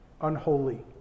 unholy